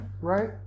right